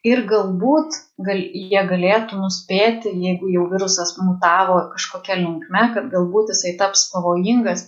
ir galbūt gal jie galėtų nuspėti jeigu jau virusas mutavo kažkokia linkme kad galbūt jisai taps pavojingas